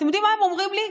אתם יודעים מה הם אומרים לי?